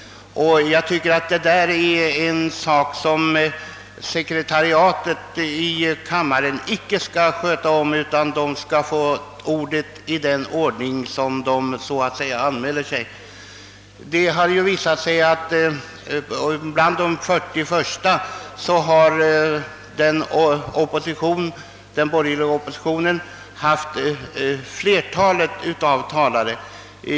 Jag tycker att ordningsföljden inte är något som sekretariatet i kammaren skall sköta om, utan talarna bör få ordet i den ordning som de anmäler sig. Det har ju visat sig att bland de 40 första talarna tillhörde flertalet den borgerliga oppositionen.